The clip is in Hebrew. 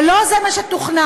ולא זה מה שתוכנן,